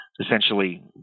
essentially